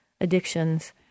addictions